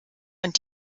und